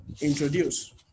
introduce